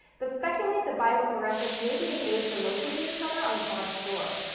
but speculate that biofluorescence may be an aid for locating each other on the forest floor.